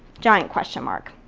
giant question mark.